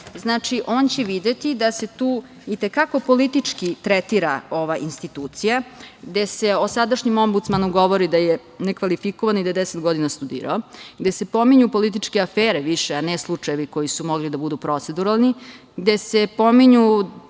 izveštaja videće da se tu i te kako politički tretira ova institucija, gde se o sadašnjem Ombudsmanu govori da je nekvalifikovan i da je 10 godina studirao, gde se pominju političke afere, a ne slučajevi koji su mogli da budu proceduralni, gde se pominju